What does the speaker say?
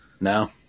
No